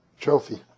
Trophy